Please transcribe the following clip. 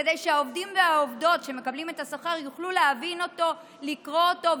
כדי שהעובדים והעובדות שמקבלים את השכר יוכלו להבין אותו ולקרוא אותו,